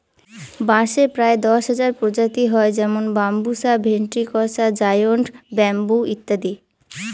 বাঁশের প্রায় দশ হাজার প্রজাতি হয় যেমন বাম্বুসা ভেন্ট্রিকসা জায়ন্ট ব্যাম্বু ইত্যাদি